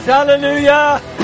Hallelujah